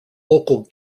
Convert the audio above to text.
local